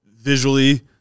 Visually